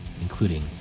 including